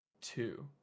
two